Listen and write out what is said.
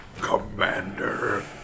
Commander